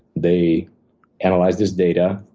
they analyzed this data.